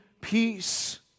peace